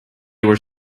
were